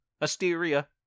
Asteria